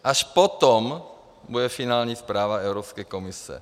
Až potom bude finální zpráva Evropské komise.